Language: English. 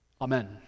Amen